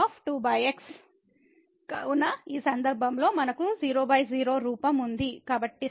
కావున ఈ సందర్భంలో మనకు 00 రూపం ఉంది